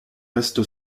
reste